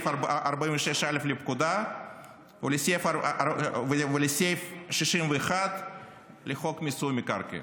46(א) לפקודה ולסעיף 61 לחוק מיסוי מקרקעין.